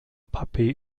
puppy